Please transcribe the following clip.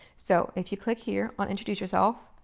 so if you click here on introduce yourself,